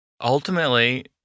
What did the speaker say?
ultimately